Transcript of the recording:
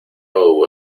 hubo